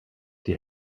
die